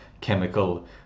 Chemical